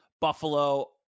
Buffalo